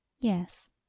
Yes